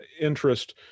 interest